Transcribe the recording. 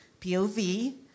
POV